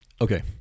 Okay